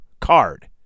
card